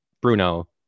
Bruno